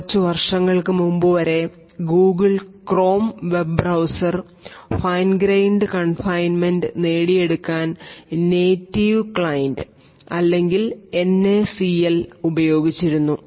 കുറച്ചു വർഷങ്ങൾക്കു മുൻപുവരെ Google Chrome web browser fine grained confinement നേടിയെടുക്കാൻ നേറ്റീവ് ക്ലൈൻറ് അല്ലെങ്കിൽ എൻ എ സി എൽ ഉപയോഗിച്ചിരുന്നു